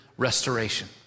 Restoration